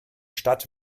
stadt